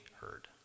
heard